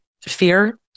fear